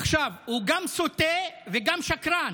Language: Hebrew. הוא גם סוטה וגם שקרן,